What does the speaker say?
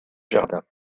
jardin